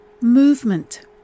Movement